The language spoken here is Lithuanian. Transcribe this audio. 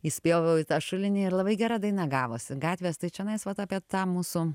įspjoviau į tą šulinį ir labai gera daina gavosi gatvės tai čionais vat apie tą mūsų